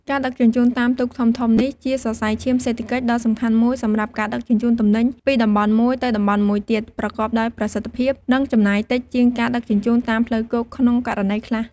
ការដឹកជញ្ជូនតាមទូកធំៗនេះជា សរសៃឈាមសេដ្ឋកិច្ច ដ៏សំខាន់មួយសម្រាប់ការដឹកជញ្ជូនទំនិញពីតំបន់មួយទៅតំបន់មួយទៀត ប្រកបដោយប្រសិទ្ធភាព និងចំណាយតិចជាងការដឹកជញ្ជូនតាមផ្លូវគោកក្នុងករណីខ្លះ។